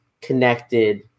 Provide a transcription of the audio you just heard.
connected